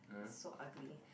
so ugly